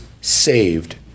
saved